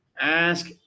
ask